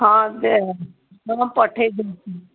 ହଁ ଏବେ ହଁ ପଠେଇ ଦେଉଛି